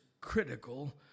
critical